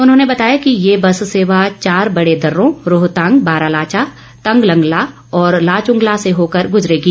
उन्होंने बताया कि ये बस सेवा चार बडे दर्रो रोहतांग बारालाचा तंगलंगला और लाचंगला से होकर गुजरेगी